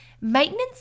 Maintenance